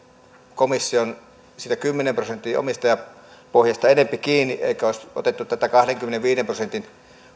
komission kymmenen prosentin omistajapohjasta enempi kiinni eikä olisi otettu tätä kahdenkymmenenviiden prosentin